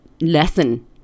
lesson